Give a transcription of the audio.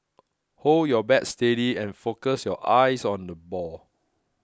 hold your bat steady and focus your eyes on the ball